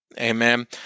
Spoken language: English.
Amen